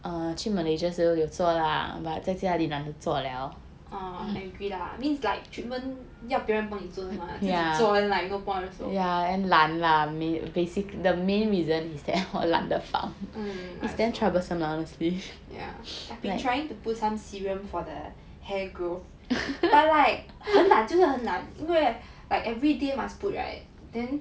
oh I agree lah I mean it's like treatment 要别人帮你做的 mah 要自己做 meh like no point also mm I also yeah I've been trying to put some serum for the hair growth but like 很懒就是很懒因为 everyday must put right then